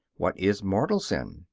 what is mortal sin?